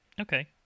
Okay